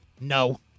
No